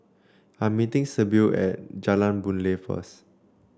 I am meeting Sybil at Jalan Boon Lay first